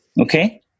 Okay